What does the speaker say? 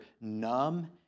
numb